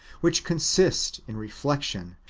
which consist in reflection,